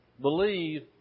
believe